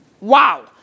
wow